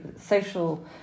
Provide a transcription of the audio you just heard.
social